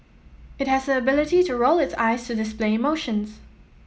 it has the ability to roll its eyes to display emotions